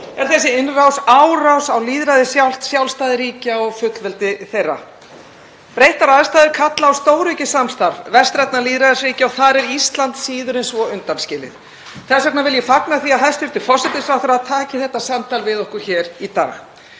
er þessi innrás árás á lýðræðið sjálft, sjálfstæði ríkja og fullveldi þeirra. Breyttar aðstæður kalla á stóraukið samstarf vestrænna lýðræðisríkja og þar er Ísland síður en svo undanskilið. Þess vegna vil ég fagna því að hæstv. forsætisráðherra taki þetta samtal við okkur hér í dag.